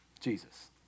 Jesus